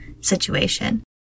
situation